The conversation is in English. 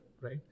right